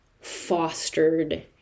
fostered